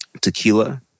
tequila